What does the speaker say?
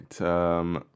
right